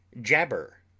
jabber